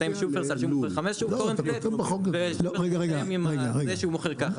לתאם עם שופרסל שימכור חמש קורנפלקס זה לא ויכול לתאם עם זה שמוכר ככה,